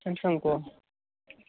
स्यामसङको